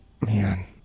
man